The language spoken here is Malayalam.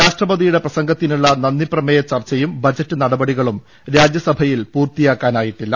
രാഷ്ട്രപതിയുടെ പ്രസംഗത്തിനുള്ള നന്ദിപ്രമേയ ചർച്ചയും ബജറ്റ് നടപടികളും രാജ്യസഭയിൽ പൂർത്തിയാക്കാനായിട്ടില്ല